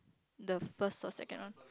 the first or second one